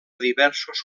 diversos